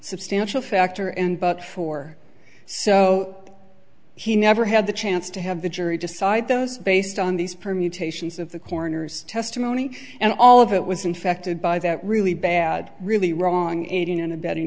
substantial factor in but for so he never had the chance to have the jury decide those based on these permutations of the coroner's testimony and all of it was infected by that really bad really wrong aiding and abetting